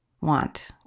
want